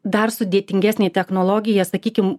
dar sudėtingesnė technologija sakykim